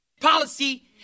policy